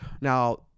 Now